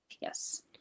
Yes